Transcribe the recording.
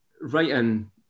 writing